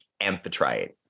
Amphitrite